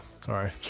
sorry